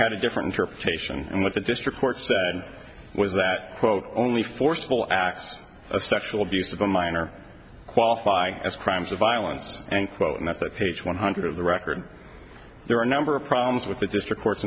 had a different church ation and what the district court said was that quote only forcible acts of sexual abuse of a minor qualify as crimes of violence and quote and that's at page one hundred of the record there are a number of problems with the district court